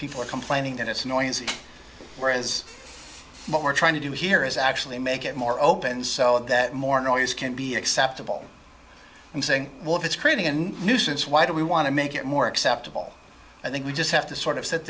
people are complaining that it's noisy whereas what we're trying to do here is actually make it more open so that more noise can be acceptable and saying well if it's creating in nuisance why do we want to make it more acceptable i think we just have to sort of sit